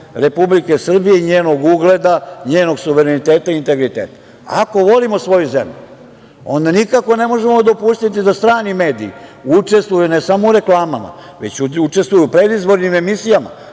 Republike Srbije i njenog ugleda, njenog suvereniteta i integriteta. Ako volimo svoju zemlju onda nikako ne možemo dopustiti da strani mediji učestvuju, ne samo u reklamama, već učestvuju i u predizbornim emisijama.